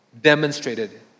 demonstrated